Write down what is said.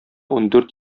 ундүрт